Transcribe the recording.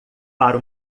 para